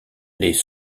les